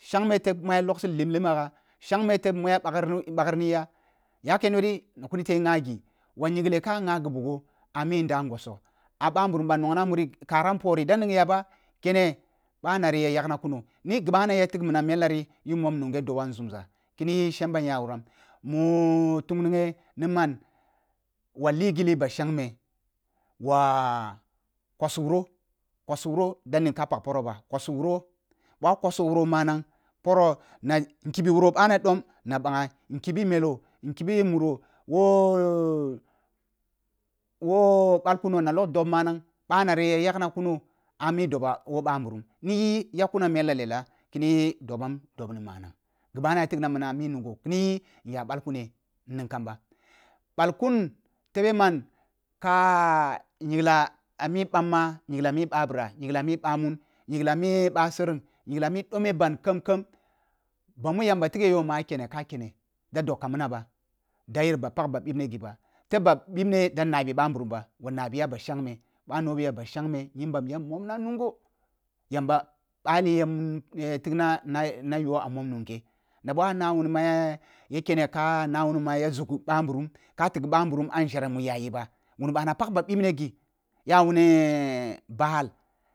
Shangme teb mu ya logsi lim lima gha shangme teb mu ya bagri ni ya yake ne’eri nu kuni teh ngha ghi, wa nyingle ka ngha ghi bugho ami nda ngosok ah ba nburum ba nongha muri kara npori da nigya ba keno bana ri ya yagua tuno ni ghi bana ya tig minam melari kin mom nughe doba nzumza kini yi shenbam ya wuram mu tungnunghe ni ma n ula l. Gilli ba shangme wa wasu wuru – wasu wuro bo ah kwaso wuwo manang poro na kibi wuri bana dom na bangha nkibi melo nkibi muro woh woh ɓal kuno na log dob manag bana ri ya yagna kuno ami dobo woh ba nburun ni yi yak kunam mela lela kiniyi doman doɓn. Manang ghi bana ya tigna minam ah mi nungho niyi nya ɓal kune nning kamba ɓal kun teɓe man ka nyingla ah mi bamma nyingla mi ba bira nyingla mi ɓamun nyingla mi ba sereng nyingle mi dome ban khem-khem ba mu yanba tigh yo mah kene ka kene da dob kam mana ba da yei ba pag ba bibne ghi ba teb ba bibne da ngha bi ba nburum ba iya na bi ya ba shangme bah no bi ya ba shongme nyimbam ya mom na nungho yamba bali ya tigna na yo ah mon nunghe na bo ah na wuni ma ya kene ka ma ya zugu ba nburum ka tig ba nburum a njere mu yayi ba muru ba na pag ghi bibne ghi ya wuni